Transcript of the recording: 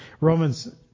Romans